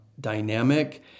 dynamic